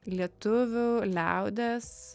lietuvių liaudies